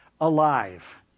alive